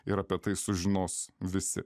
ir apie tai sužinos visi